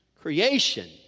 Creation